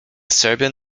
serbian